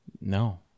No